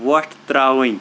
وۄٹھ ترٛاوٕنۍ